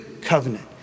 covenant